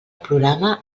programa